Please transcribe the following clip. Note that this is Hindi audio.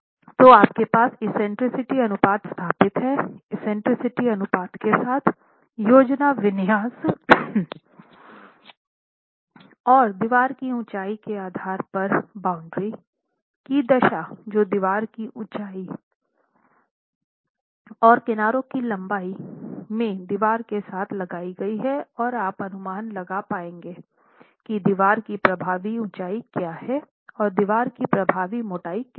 तो आपके पास एक्सेंट्रिसिटीअनुपात स्थापित है एक्सेंट्रिसिटी अनुपात के साथ योजना विन्यास और दीवार की ऊंचाई के आधार पर बॉउंड्री की दशा जो दीवार की ऊँचाई और किनारों की लंबाई में दीवार के साथ लगाई गई हैं और आप अनुमान लगा पाएंगे कि दीवार की प्रभावी ऊंचाई क्या हैऔर दीवार की प्रभावी मोटाई कितनी हैं